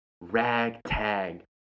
ragtag